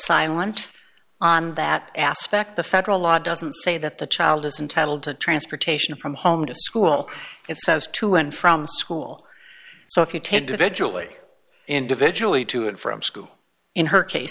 silent on that aspect the federal law doesn't say that the child isn't titled to transportation from home to school it says to and from school so if you tend to eventually individually to and from school in her case